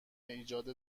ایجاد